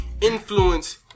influence